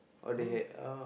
oh they had orh